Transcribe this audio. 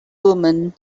woman